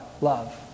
Love